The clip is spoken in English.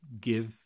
give